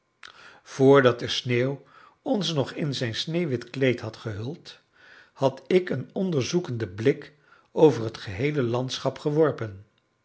voordat de sneeuw ons nog in zijn sneeuwwit kleed had gehuld had ik een onderzoekenden blik over het geheele landschap geworpen